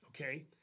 okay